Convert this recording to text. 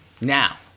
Now